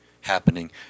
happening